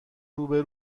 روبه